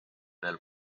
veel